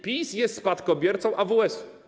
PiS jest spadkobiercą AWS-u.